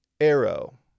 arrow